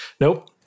Nope